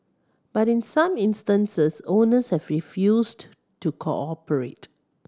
but in some instances owners have refused to cooperate